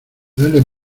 duele